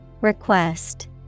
request